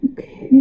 Okay